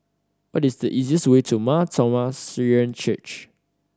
what is the easiest way to Mar Thoma Syrian Church